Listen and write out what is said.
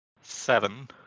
Seven